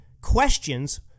questions